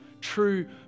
true